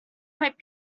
might